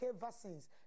vaccines